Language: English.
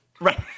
Right